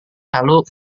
lalu